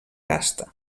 casta